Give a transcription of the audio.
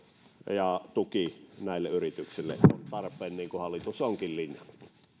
ja tuki näille yrityksille on tarpeen niin kuin hallitus onkin linjannut